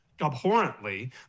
abhorrently